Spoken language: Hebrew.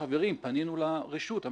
פנינו לרשות,